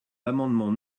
l’amendement